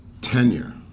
tenure